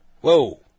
Whoa